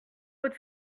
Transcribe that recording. votre